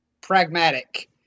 pragmatic